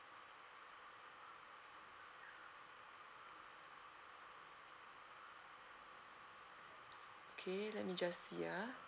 okay let me just see ah